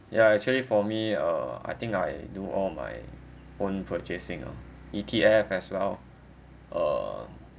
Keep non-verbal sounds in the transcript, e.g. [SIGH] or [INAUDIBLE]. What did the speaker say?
ya actually for me uh I think I do all my own purchasing uh E_T_F as well uh [NOISE]